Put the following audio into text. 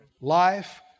Life